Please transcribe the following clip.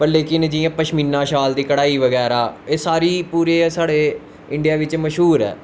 व लेकिन जियां पशमीना शाल दी कड़ाई बगैरा एह् सारे पूरे साढ़े इंडिया बिच्च मश्हूर ऐ